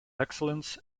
excellence